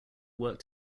worked